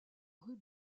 rue